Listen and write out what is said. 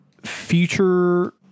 future